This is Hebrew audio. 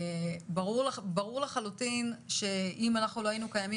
ברור לחלוטין שאם אנחנו לא היינו קיימים